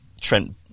Trent